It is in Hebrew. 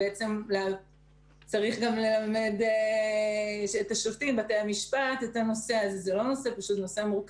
צריך גם ללמד את בתי המשפט והשופטים אודות התחום.